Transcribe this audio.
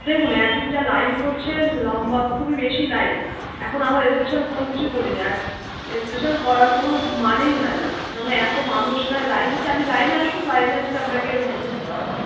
দেখুন এখন যা লাইন পড়ছে লম্বা খুবই বেশি লাইন এখন আমার স্পেশাল কোনো কিছুই করি না আর স্পেশাল করার কোনো মানেই হয় না কেননা এতো মানুষ এখানে লাইন দিচ্ছে আপনি লাইনে আসুন লাইনে আসলে আপনাকে ভ্যাকসিন দেওয়া হবে